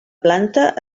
planta